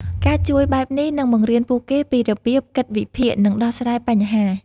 ការជួយបែបនេះនឹងបង្រៀនពួកគេពីរបៀបគិតវិភាគ និងដោះស្រាយបញ្ហា។